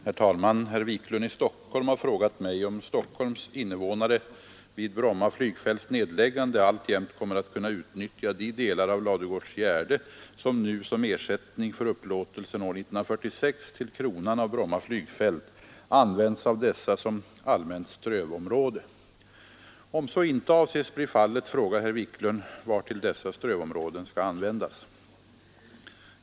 Herr talman! Herr Wiklund i Stockholm har frågat mig om Stockholms innevånare vid Bromma flygfälts nedläggande alltjämt kommer att kunna utnyttja de delar av Ladugårdsgärde som nu som ersättning för upplåtelsen år 1946 till kronan av Bromma flygfält används av dessa som allmänt strövområde. Om så inte avses bli fallet frågar herr Wiklund vartill dessa strövområden skall användas.